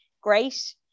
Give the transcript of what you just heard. great